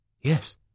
Yes